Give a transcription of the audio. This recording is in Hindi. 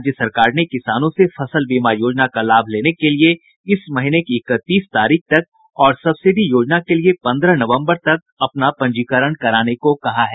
राज्य सरकार ने किसानों से फसल बीमा योजना का लाभ लेने के लिए इस महीने की इकतीस तारीख तक और सब्सिडी योजना के लिए पंद्रह नवंबर तक अपना पंजीकरण कराने को कहा है